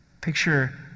picture